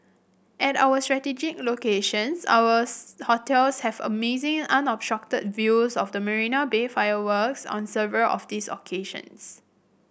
at our strategic locations ours hotels have amazing unobstructed views of the Marina Bay fireworks on several of these occasions